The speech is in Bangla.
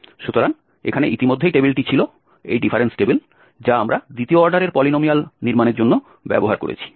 সুতরাং এখানে ইতিমধ্যেই টেবিলটি ছিল এই ডিফারেন্স টেবিল যা আমরা দ্বিতীয় অর্ডারের পলিনোমিয়াল নির্মাণের জন্য ব্যবহার করেছি